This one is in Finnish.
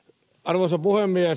arvoisa puhemies